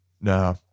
No